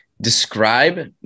Describe